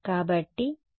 కాబట్టి మనం ఏమి చేస్తాము